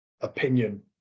opinion